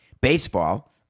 Baseball